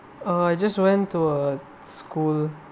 uh I just went to a school